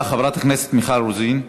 חברת הכנסת מיכל רוזין.